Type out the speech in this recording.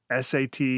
SAT